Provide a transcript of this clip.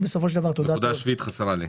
הנקודה השביעית חסרה לי.